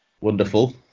wonderful